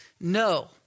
no